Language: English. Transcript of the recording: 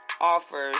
offers